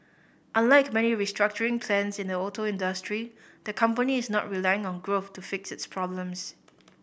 unlike many restructuring plans in the auto industry the company is not relying on growth to fix its problems